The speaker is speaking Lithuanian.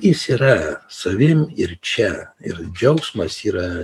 jis yra savim ir čia ir džiaugsmas yra